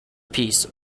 piece